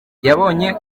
yabonye